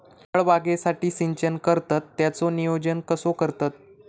फळबागेसाठी सिंचन करतत त्याचो नियोजन कसो करतत?